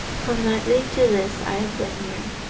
from that day to this i have been here,